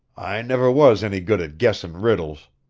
i never was any good at guessin' riddles.